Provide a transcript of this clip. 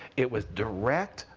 it was direct,